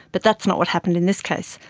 but that's not what happened in this case.